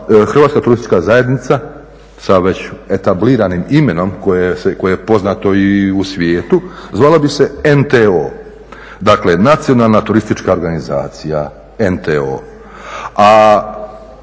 Hrvatska turistička zajednica, sa već etabliranim imenom koje je poznato i u svijetu zvala bi se NTO, dakle nacionalna turistička organizacija, NTO.